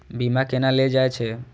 बीमा केना ले जाए छे?